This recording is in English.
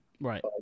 right